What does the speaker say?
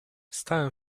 stałem